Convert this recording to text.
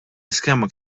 iskema